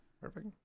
Perfect